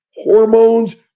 hormones